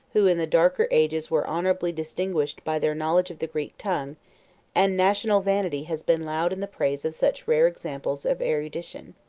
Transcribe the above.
who in the darker ages were honorably distinguished by their knowledge of the greek tongue and national vanity has been loud in the praise of such rare examples of erudition.